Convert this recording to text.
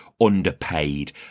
underpaid